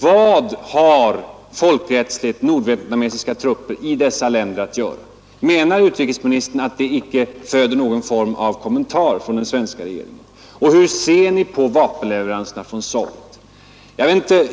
Vad har nordvietnamesiska trupper i dessa länder att göra? Menar utrikesministern att det icke föranleder någon form av kommentar från svenska regeringen?